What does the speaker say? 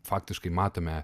faktiškai matome